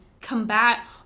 combat